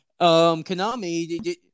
Konami